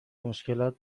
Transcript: مشکلات